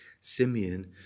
Simeon